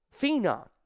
phenom